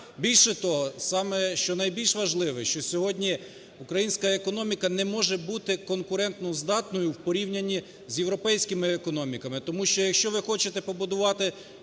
Більше того, саме що найбільш важливе, що сьогодні українська економіка не може бути конкурентоздатною в порівнянні з європейськими економіками.